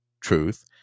truth